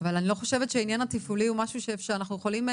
אבל אני לא חושבת שהעניין התפעולי הוא משהו שאנחנו יכולים,